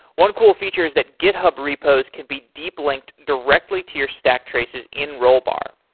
one cool feature is that github repos could be deep linked directly to your stack traces in rollbar.